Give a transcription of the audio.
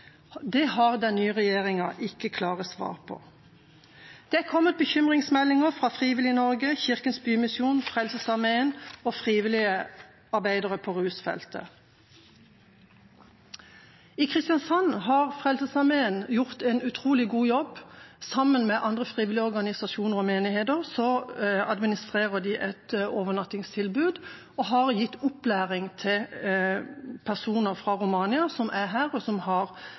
Det har den nye regjeringa ikke klare svar på. Det er kommet bekymringsmeldinger fra Frivillighet Norge, Kirkens Bymisjon, Frelsesarmeen og frivillige arbeidere innen rusfeltet. I Kristiansand har Frelsesarmeen gjort en utrolig god jobb. Sammen med andre frivillige organisasjoner og menigheter administrerer de et overnattingstilbud, og de har gitt opplæring til personer fra Romania som er her, og som har